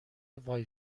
وای